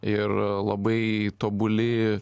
ir labai tobuli